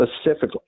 specifically